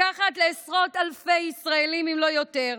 לקחת לעשרות אלפי ישראלים, אם לא יותר,